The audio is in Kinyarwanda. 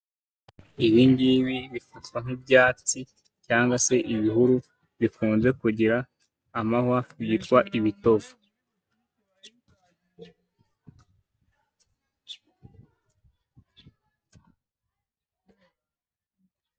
Ibi ngibi bifatwa nk'ibyatsi cyangwa se ibihuru, bikunnze kugira amahwa yitwa ibitovu.